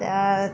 তা